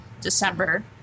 December